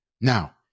Now